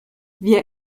wir